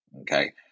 okay